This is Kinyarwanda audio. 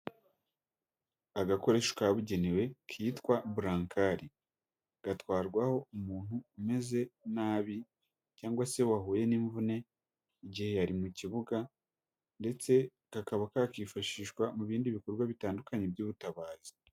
Agakoresho kabugenewe kitwa burankari, gatwarwaho umuntu umeze nabi, cyangwa se wahuye n'imvune igihe yari mu kibuga, ndetse kakaba kakifashishwa mu bindi bikorwa bitandukanye by'ubutabazi.